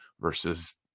versus